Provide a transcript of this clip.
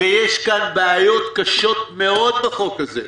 ויש כאן בעיות קשות מאוד בחוק הזה.